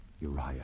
Uriah